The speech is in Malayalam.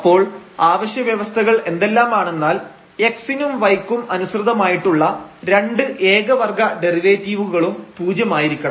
അപ്പോൾ ആവശ്യ വ്യവസ്ഥകൾ എന്തെല്ലാമാണെന്നാൽ x നും y ക്കും അനുസൃതമായിട്ടുള്ള രണ്ട് ഏക വർഗ്ഗ ഡെറിവേറ്റീവുകളും പൂജ്യമായിരിക്കണം